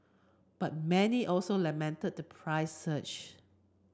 but many also lamented the price surge